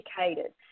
educated